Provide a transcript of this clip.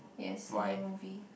yes in the movie